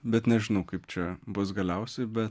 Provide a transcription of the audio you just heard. bet nežinau kaip čia bus galiausiai be